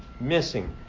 missing